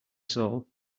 soul